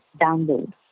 download